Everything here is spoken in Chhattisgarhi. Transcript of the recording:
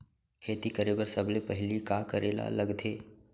खेती करे बर सबले पहिली का करे ला लगथे?